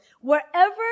wherever